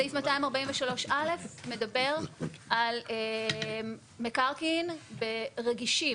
סעיף 243(א) מדבר על מקרקעין רגישים,